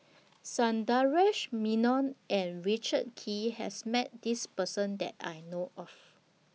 Sundaresh Menon and Richard Kee has Met This Person that I know of